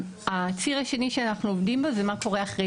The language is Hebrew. הציר השני שאנחנו עובדים בו זה מה קורה אחרי